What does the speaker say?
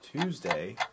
Tuesday